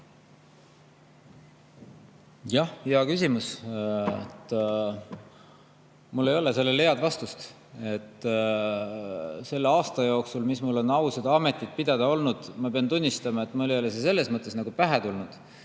Jah, hea küsimus. Mul ei ole sellele head vastust. Selle aasta jooksul, mis mul on au seda ametit pidada olnud, ma pean tunnistama, ei ole mul see pähe tulnud.